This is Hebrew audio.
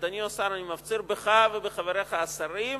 אדוני השר, אני מפציר בך ובחבריך השרים: